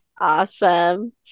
awesome